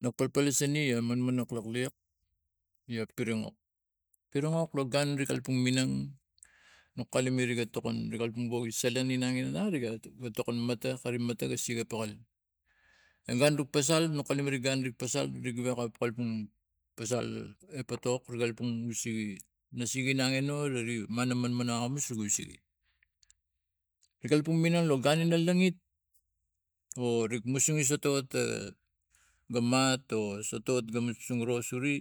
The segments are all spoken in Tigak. Nok palpal nusani manmanak lak liak ia piringok piringok lo gun ri kalapang miang no kalume riga tokon riga tokon mata kari mata siak ek pakal e gun ri pasal kalime gun ri pasal ri gewek ga kalapang pasal epatok ri kalapang u sigi na sigi inang anu neri manman a kus ri sigi ri kalapang minang lo gun ina langnet o musunge sotot ga soto musmusung ro sure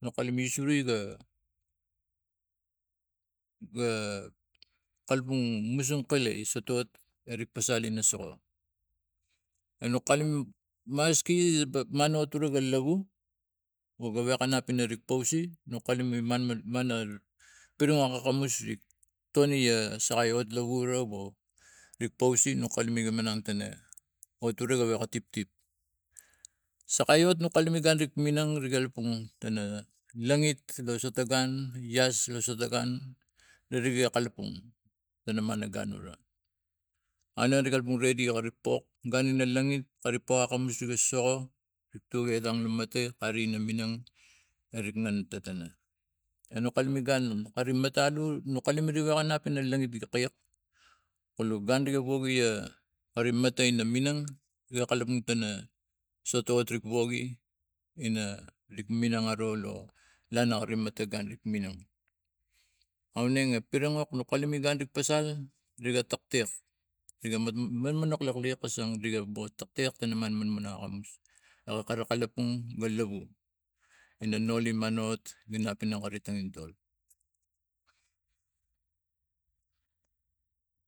no kalume sure ga- ga kalapang musung kalai sotot rik pasal ina sogo enok kalume maski manuat ga lavu or gowek enap rik pase nu kalume mana piringok akamus rik toni a sakai hot lavu ura wo rik pose no kalume nirang tana o ura wogi tiptip ssakai hot no kalume gun rik minang n kalapang tana langet lo sotagun ias lo sotagun nare ga kalapang lo na man agun ura aneng kalapang redi er iga pok gun in langet gari pok okamus iga sogo tu etang ina matai kari ina minang erek ngan matana enok kulume gun kari mata alu no kulume woge nap langnet gi kiak kola gun woge ia kari mata ina niak kalapang tana minang sotot ri woge ina minang aro lo lana kari mata gun rik minang ga aunengen a priringok no kalume gun ri pasal riga tektek riga manmaak liak kasang ri ga bo tektek oga kalapang ina lovu ina no liman anap ina tangintol.